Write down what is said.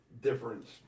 difference